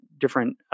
different